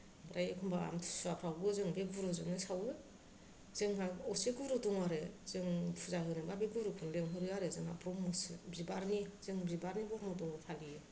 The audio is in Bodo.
ओमफ्राय एखम्बा आं सुवाफ्रावबो हजों बे गुरुजोंनो सावो जोंहा असे गुरु दङ आरो जों फुजा होनोबा बे गुरुखौनो लिंहरो आरो जोंना ब्रह्मसो बिबारनि जों बिबारनि ब्रह्म धर्म फालियो